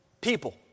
people